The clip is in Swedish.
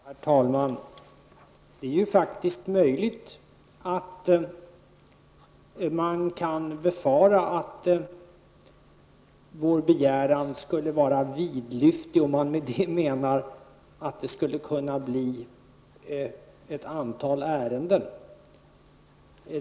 Herr talman! Det är möjligt att man kan befara att vår begäran är vidlyftig om man med det menar att det skulle kunna bli ett antal ärenden.